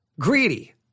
greedy